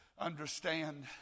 understand